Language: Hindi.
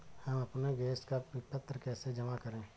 हम अपने गैस का विपत्र कैसे जमा करें?